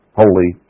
holy